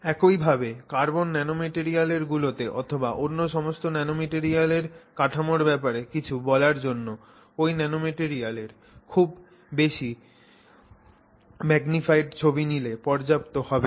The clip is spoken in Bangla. একই ভাবে কার্বন ন্যানোমাটেরিয়াল গুলোতে অথবা অন্য সমস্ত ন্যানোমাটেরিয়ালের কাঠামোর ব্যাপারে কিছু বলার জন্য ওই ন্যানোমাটেরিয়ালের খুব বেশি ম্যাগনিফাইড ছবি নিলে পর্যাপ্ত হবে না